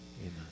amen